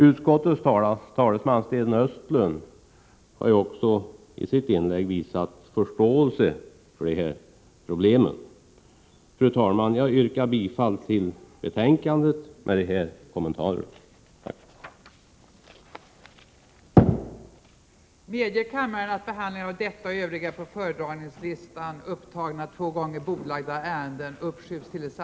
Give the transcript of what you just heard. Utskottets talesman, Sten Östlund, har i sitt inlägg också visat förståelse för dessa problem. Fru talman! Jag yrkar med dessa kommentarer bifall till utskottets hemställan.